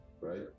right